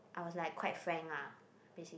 I was like quite frank lah